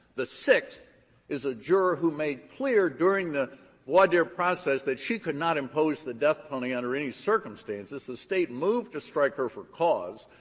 the sixth is a juror who made clear during the voir dire process that she could not impose the death penalty under any circumstances. the state moved to strike her for cause.